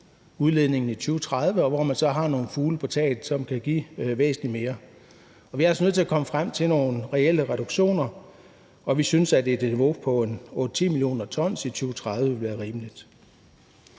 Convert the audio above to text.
udledningen i 2030. Man har så nogle fugle på taget, som kan give væsentlig mere. Vi er altså nødt til at komme frem til nogle reelle reduktioner, og vi synes, at et niveau på 8-10 mio. t i 2030 vil være rimeligt.